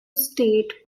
state